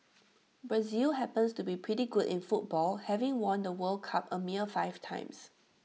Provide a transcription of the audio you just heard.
Brazil happens to be pretty good in football having won the world cup A mere five times